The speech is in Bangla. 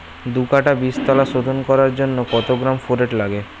দু কাটা বীজতলা শোধন করার জন্য কত গ্রাম ফোরেট লাগে?